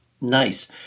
nice